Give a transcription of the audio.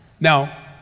Now